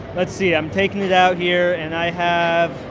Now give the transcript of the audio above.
let's see. i'm taking it out here. and i have.